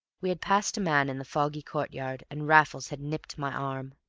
we had passed a man in the foggy courtyard, and raffles had nipped my arm.